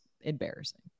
embarrassing